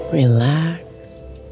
relaxed